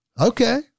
Okay